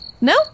No